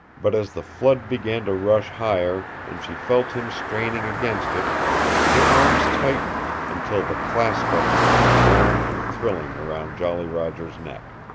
but as the flood began to rush higher and she felt him straining against it her arms tightened, until the clasp of them was warm and thrilling round jolly roger's neck.